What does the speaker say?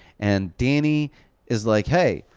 and danny is like, hey,